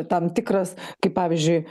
tam tikras kaip pavyzdžiui